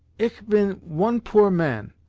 ich bin one poor man,